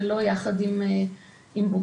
ולא יחד עם בוגרים.